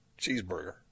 cheeseburger